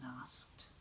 asked